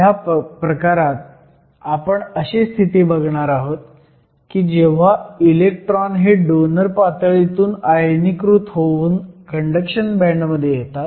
ह्या प्रकारात आपण अशी स्थिती बघणार आहोत की जेव्हा इलेक्ट्रॉन हे डोनर पातळीतून आयनीकृत होऊन कंडक्शन बँड मध्ये येतात